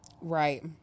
Right